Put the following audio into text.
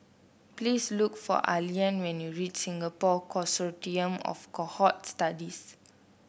please look for Allean when you reach Singapore Consortium of Cohort Studies